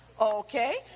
okay